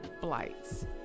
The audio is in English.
flights